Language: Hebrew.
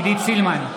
עידית סילמן,